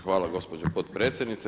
Hvala gospođo potpredsjednice.